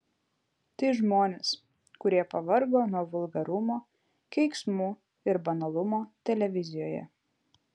tai žmonės kurie pavargo nuo vulgarumo keiksmų ir banalumo televizijoje